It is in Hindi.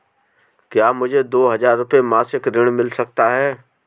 क्या मुझे दो हज़ार रुपये मासिक ऋण मिल सकता है?